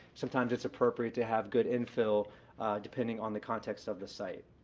sometimes it's appropriate to have good in-fill depending on the context of the site.